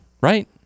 right